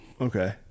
Okay